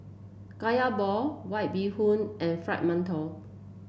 kaya ball White Bee Hoon and Fried Mantou